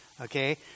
okay